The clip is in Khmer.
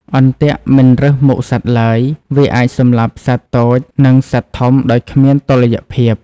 អន្ទាក់មិនរើសមុខសត្វឡើយ វាអាចសម្លាប់សត្វតូច និងសត្វធំដោយគ្មានតុល្យភាព។